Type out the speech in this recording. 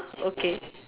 okay